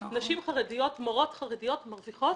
נשים חרדיות, מורות חרדיות מרוויחות